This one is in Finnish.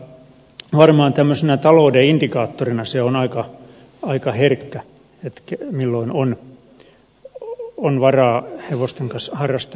mutta varmaan tämmöisenä talouden indikaattorina se on aika herkkä milloin on varaa hevosten kanssa harrastaa